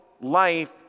life